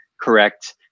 correct